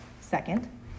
Second